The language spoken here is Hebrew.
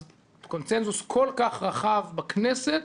אז יש קונצנזוס כל כך רחב בכנסת,